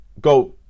go